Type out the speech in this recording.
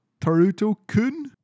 Taruto-kun